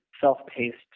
self-paced